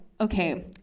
okay